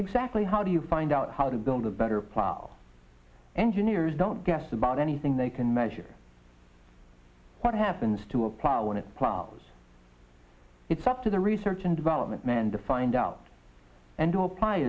exactly how do you find out how to build a better plan all engineers don't guess about anything they can measure what happens to a plow when it promises it's up to the research and development men to find out and to apply